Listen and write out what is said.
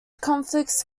conflicts